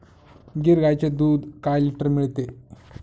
गीर गाईचे दूध काय लिटर मिळते?